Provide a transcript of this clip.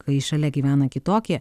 kai šalia gyvena kitokie